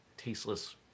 tasteless